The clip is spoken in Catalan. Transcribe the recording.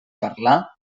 parlar